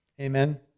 Amen